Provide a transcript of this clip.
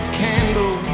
candle